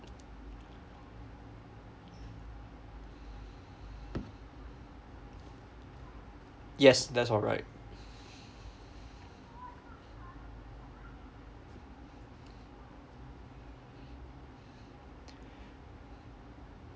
yes that's alright